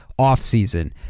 offseason